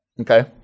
Okay